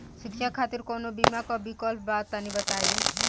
शिक्षा खातिर कौनो बीमा क विक्लप बा तनि बताई?